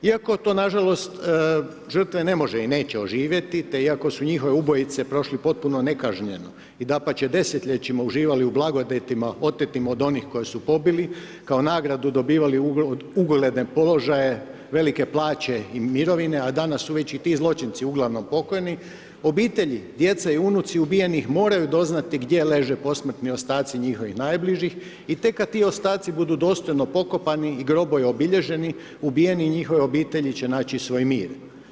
Iako to nažalost, žrtve ne može i neće oživjeti, te iako su njihove ubojice prošli potpuno nekažnjeno i dapače, desetljećima uživali u blagodatima otetim od onih koji su pobili, kao nagradu dobivali ugledne položaje velike plaće i mirovine, a danas su već i ti zločinci uglavnom pokojni, obitelji, djece i unuci ubijenih moraju doznati, gdje leže posmrtni ostaci njihovih najbližih i tek kada ti ostaci budu dostojno pokopani i grobovi obilježeni, ubijeni i njihove obitelji će naći svoj mir.